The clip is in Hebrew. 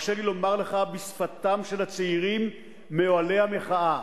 הרשה לי לומר לך בשפתם של הצעירים מאוהלי המחאה: